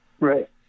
right